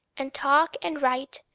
and talk, and write,